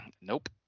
Nope